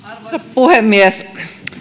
puhemies